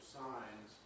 signs